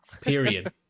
Period